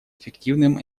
эффективным